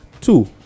two